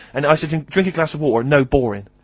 and i said to him, drink a glass of water. no, boring.